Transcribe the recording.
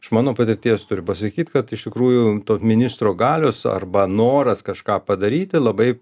iš mano patirties turiu pasakyt kad iš tikrųjų to ministro galios arba noras kažką padaryti labai